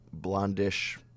blondish